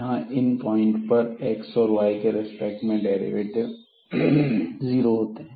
यहां इन पॉइंट पर x और y के रिस्पेक्ट में डेरिवेटिव जीरो होते हैं